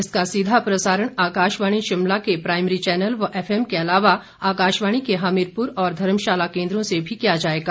इसका सीधा प्रसारण आकाशवाणी शिमला के प्राईमरी चैनल व एफएम के अलावा आकाशवाणी के हमीरपुर और धर्मशाला केंद्रों से भी किया जाएगा